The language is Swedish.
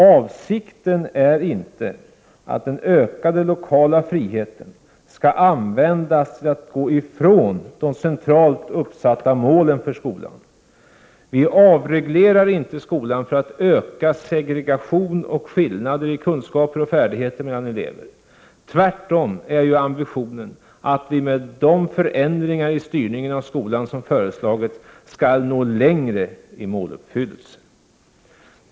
Avsikten är inte att den ökade lokala friheten skall användas till att gå från de centralt uppsatta målen för skolan. Vi avreglerar inte skolan för att öka segregation och skillnader i kunskaper och färdigheter mellan elever. Tvärtom är ambitionen att vi med de förändringar av styrningen i skolan som föreslagits skall nå längre i måluppfyllelse.